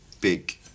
big